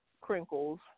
crinkles